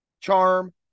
Charm